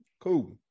Cool